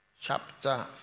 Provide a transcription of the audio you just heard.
chapter